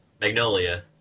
Magnolia